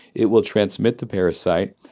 it will transmit the parasite,